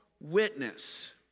witness